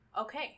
Okay